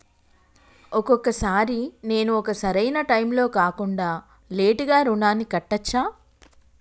ఒక్కొక సారి నేను ఒక సరైనా టైంలో కాకుండా లేటుగా రుణాన్ని కట్టచ్చా?